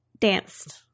danced